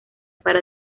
para